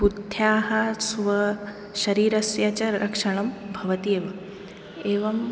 बुध्याः स्वशरीरस्य च रक्षणं भवति एव एवं